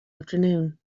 afternoon